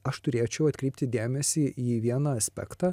aš turėčiau atkreipti dėmesį į vieną aspektą